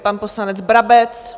Pan poslanec Brabec?